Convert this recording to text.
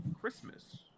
Christmas